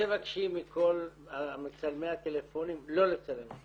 תבקשי מכל מצלמי הטלפונים לא לצלם עכשיו.